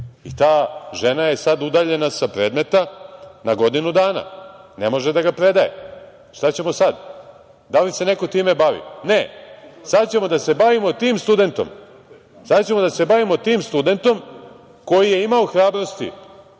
i ta žena je sada udaljena sa predmeta na godinu dana, ne može da ga predaje. Šta ćemo sad? Da li se neko time bavi? Ne. Sada ćemo da se bavimo tim studentom. Sada ćemo da se bavimo tim studentom koji je imao hrabrosti